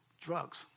drugs